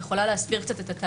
היא יכולה להסביר את התהליך,